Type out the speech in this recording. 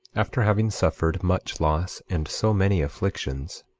after having suffered much loss and so many afflictions,